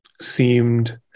seemed